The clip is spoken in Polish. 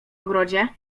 ogrodzie